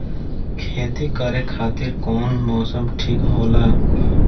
खेती करे खातिर कौन मौसम ठीक होला?